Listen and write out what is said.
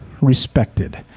respected